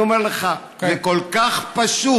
אני אומר לך, זה כל כך פשוט.